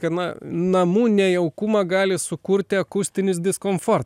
na namų nejaukumą gali sukurti akustinis diskomfort